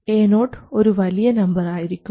Ao ഒരു വലിയ number ആയിരിക്കും